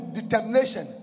determination